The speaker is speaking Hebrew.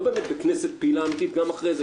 באמת בכנסת פעילה אמיתית גם אחרי זה.